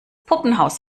puppenhaus